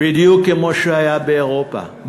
בדיוק כמו שהיה באירופה.